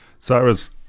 Cyrus